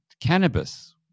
cannabis